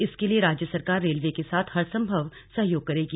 इसके लिए राज्य सरकार रेलवे के साथ हर सम्भव सहयोग करेगी